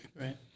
Right